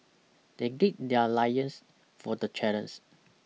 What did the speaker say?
they gird their lions for the challens